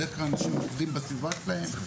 בדרך כלל אנשים עובדים בסביבה שלהם,